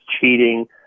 cheating